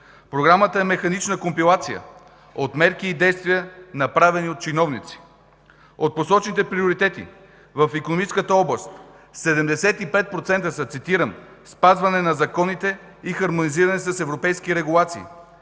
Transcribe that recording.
Програмата е механична компилация от мерки и действия, направена от чиновници. От посочените приоритети в икономическата област 75% са цитирам: „спазване на законите” и „хармонизиране с европейски регулации”.